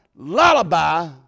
lullaby